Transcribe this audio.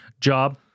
job